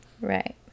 Right